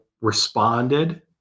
responded